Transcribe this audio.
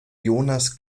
jonas